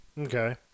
Okay